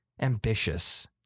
ambitious